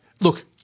look